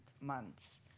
months